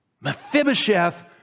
Mephibosheth